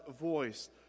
voice